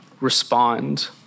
respond